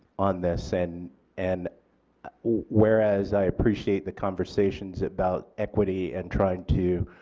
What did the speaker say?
on this and and whereas i appreciate the conversations about equity and trying to